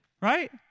Right